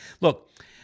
look